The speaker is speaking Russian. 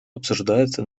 обсуждаются